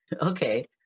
okay